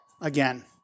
again